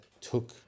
took